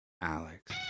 Alex